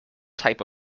type